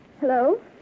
Hello